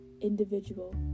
individual